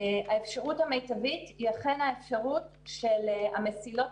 האפשרות המיטבית היא בהחלט האפשרות של מסילות